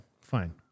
fine